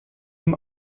ihm